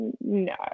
no